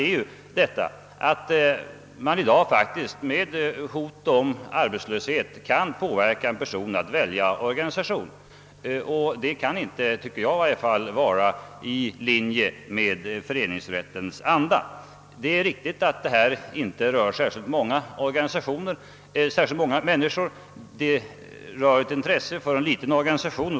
I dag kan man faktiskt med hot om arbetslöshet påverka en person att välja organisation och enligt min mening kan detta inte vara i linje med föreningsrättens anda. Det är också riktigt att det inte rör särskilt många människor, utan det är fråga om ett intresse för en liten organisation.